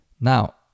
Now